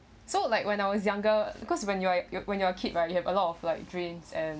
so like when I was younger because when you are when you are a kid right you have a lot of like dreams and